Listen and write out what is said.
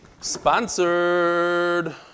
Sponsored